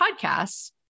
podcasts